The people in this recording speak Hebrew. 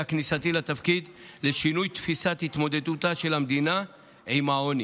כניסתי לתפקיד לשינוי תפיסת התמודדותה של המדינה עם העוני.